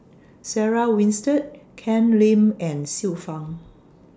Sarah Winstedt Ken Lim and Xiu Fang